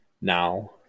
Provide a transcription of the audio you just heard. now